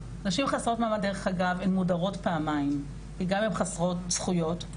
נשים חסרות מעמד דרך אגב הן מודרות פעמיים כי גם הן חסרות זכויות,